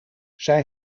zij